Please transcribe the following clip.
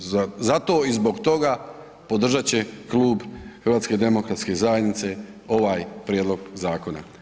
Zato i zbog toga podržati će klub HDZ-a ovaj prijedlog zakona.